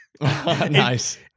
Nice